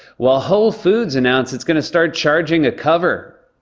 while whole foods announced it's gonna start charging a cover.